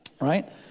Right